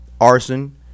arson